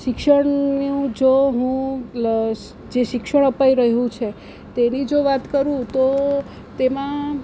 શિક્ષણનું જો હું જે શિક્ષણ અપાઈ રહ્યું છે તેની જો વાત કરું તો તેમાં